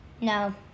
No